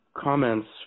comments